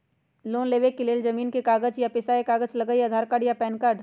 Loan लेवेके लेल जमीन के कागज या पेशा के कागज लगहई या आधार कार्ड या पेन कार्ड?